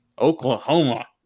Oklahoma